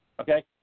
Okay